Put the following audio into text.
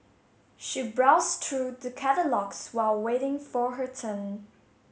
she browsed through the catalogues while waiting for her turn